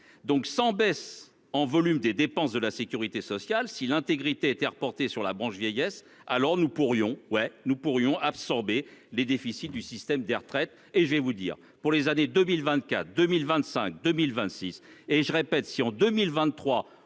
donc sans baisse en volume des dépenses de la Sécurité sociale si l'intégrité était reportée sur la branche vieillesse, alors nous pourrions ouais nous pourrions absorber les déficits du système des retraites et je vais vous dire, pour les années 2020 cas, 2025 2026 et je répète, si en 2023